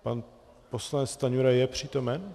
Pan poslanec Stanjura je přítomen?